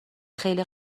خیلی